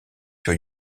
sur